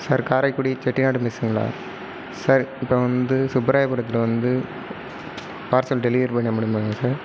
sir Karaikudi Chettinad மெஸ்ஸுங்களா sir இப்போ வந்து சுப்புராயபுரத்தில் வந்து பார்சல் டெலிவெரி பண்ண முடியுமாங்க சார்